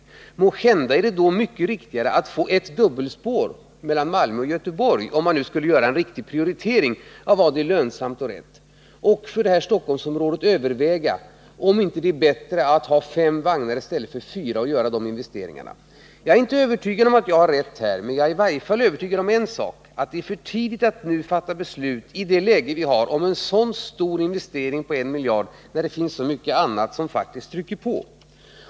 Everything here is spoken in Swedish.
Om det Torsdagen den gäller att göra en riktig prioritering av vad som är lönsamt och rätt är det 8 maj 1980 måhända mycket bättre att få ett dubbelspår mellan Malmö och Göteborg och för Stockholmsområdet överväga att ha fem vagnar i stället för fyra och göra de investeringar som det kräver. Jag är inte övertygad om att jag har rätt härvidlag, men jag är i varje fall övertygad om en sak, nämligen att det är för tidigt att nu, i det läge vi har f. n., fatta beslut om en så stor investering som I miljard, när det finns så mycket annat som faktiskt trycker på.